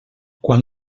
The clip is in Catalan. quan